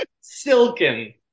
silken